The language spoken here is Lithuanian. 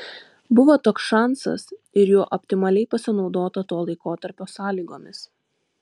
buvo toks šansas ir juo optimaliai pasinaudota to laikotarpio sąlygomis